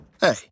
Hey